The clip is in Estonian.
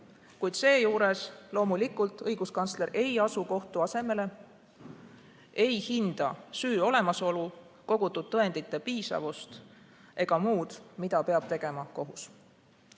kuid seejuures õiguskantsler loomulikult ei asu kohtu asemele, ei hinda süü olemasolu, kogutud tõendite piisavust ega muud, mida peab tegema kohus.